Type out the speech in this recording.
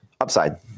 upside